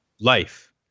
life